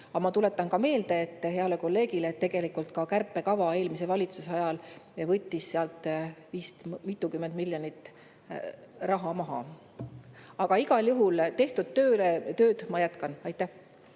Aga ma tuletan meelde heale kolleegile, et ka kärpekava eelmise valitsuse ajal võttis sealt vist mitukümmend miljonit raha maha. Aga igal juhul tehtud tööd ma jätkan.